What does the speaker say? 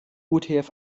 utf